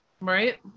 Right